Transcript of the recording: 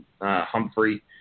Humphrey